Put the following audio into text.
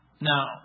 Now